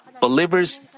Believers